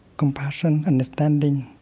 compassion, understanding